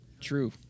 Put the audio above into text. True